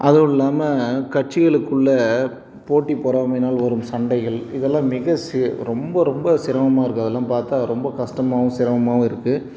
அதோட இல்லாமல் கட்சிகளுக்குள்ளே போட்டி பொறாமையினால் வரும் சண்டைகள் இதெல்லாம் மிக சி ரொம்ப ரொம்ப சிரமமாக இருக்குது அதெல்லாம் பார்த்தா ரொம்ப கஸ்டமாகவும் சிரமமாகவும் இருக்குது